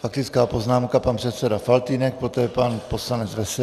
Faktická poznámka pan předseda Faltýnek, poté pan poslanec Veselý.